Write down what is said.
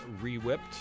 re-whipped